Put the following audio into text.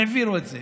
העבירו את זה.